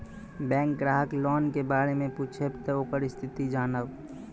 Bank ग्राहक loan के बारे मैं पुछेब ते ओकर स्थिति जॉनब?